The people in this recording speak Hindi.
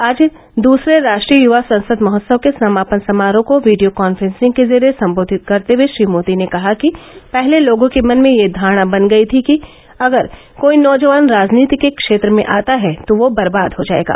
आज दूसरे राष्ट्रीय युवा संसद महोत्सव के समापन समारोह को वीडियो कांफ्रेंसिंग के जरिये संबोधित करते हए श्री मोदी ने कहा कि पहले लोगों के मन में यह धारणा बन गई थी कि अगर कोई नौजवान राजनीति के क्षेत्र में आता है तो वह बर्बाद हो जायेगा